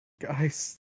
guys